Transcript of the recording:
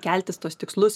keltis tuos tikslus